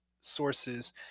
sources